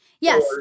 Yes